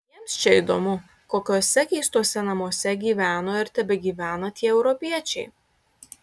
jiems čia įdomu kokiuose keistuose namuose gyveno ir tebegyvena tie europiečiai